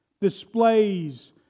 displays